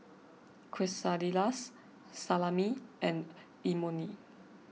Quesadillas Salami and Imoni